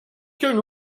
can